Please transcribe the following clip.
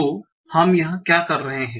तो हम यहाँ क्या कर रहे हैं